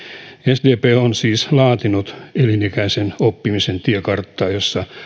sdp on siis laatinut elinikäisen oppimisen tiekarttaa jossa